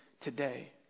today